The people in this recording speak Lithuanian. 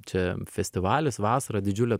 čia festivalis vasara didžiulė